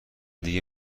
دیگه